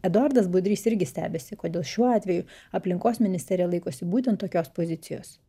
eduardas budrys irgi stebisi kodėl šiuo atveju aplinkos ministerija laikosi būtent tokios pozicijos